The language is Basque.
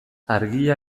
argia